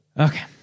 Okay